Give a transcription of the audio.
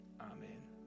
Amen